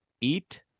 Eat